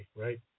right